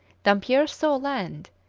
dampier saw land,